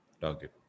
target